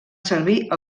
servir